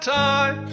time